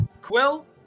Quill